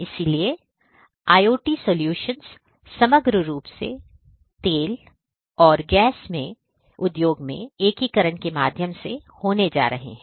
इसलिए IoT समाधान समग्र रूप से तेल और गैस उद्योग में एकीकरण के माध्यम से होने जा रहा है